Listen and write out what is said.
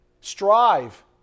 strive